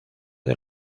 del